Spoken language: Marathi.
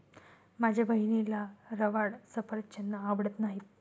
माझ्या बहिणीला रवाळ सफरचंद आवडत नाहीत